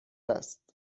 است